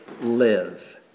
live